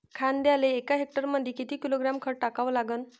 कांद्याले एका हेक्टरमंदी किती किलोग्रॅम खत टाकावं लागन?